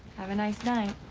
have a nice night.